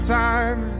time